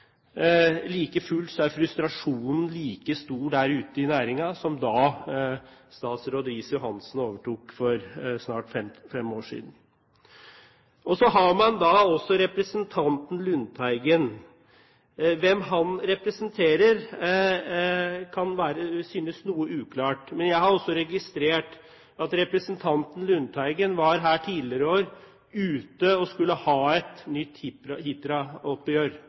Like fullt er frustrasjonen like stor der ute i næringen som da statsråd Riis-Johansen overtok for snart fem år siden. Så har man representanten Lundteigen. Hvem han representerer, kan synes noe uklart. Jeg har registrert at representanten Lundteigen tidligere i år var ute og skulle ha et nytt